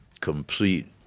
complete